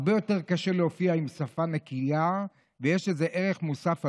הרבה יותר קשה להופיע עם שפה נקייה ויש לזה ערך מוסף אדיר,